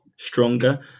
stronger